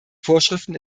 vorschriften